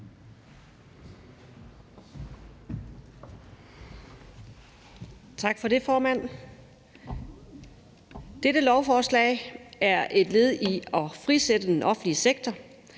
Tak for det, formand. Dette lovforslag er et led i at frisætte den offentlige sektor.